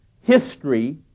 history